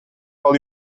all